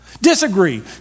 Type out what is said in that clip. Disagree